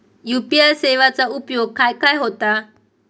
UPI सेवेचा उपयोग खाय खाय होता?